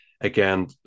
Again